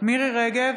מירי מרים רגב,